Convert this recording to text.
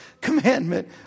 commandment